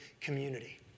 community